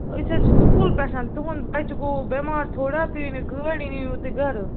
أسۍ حظ چھِ سکوٗل پٮ۪ٹھ تُہُنٛد بَچہِ گوٚو بیٚمار تھوڑا تُہۍ أنِو گٲڑۍ یہِ نیٖہوٗن تُہۍ گَرٕ